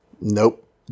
Nope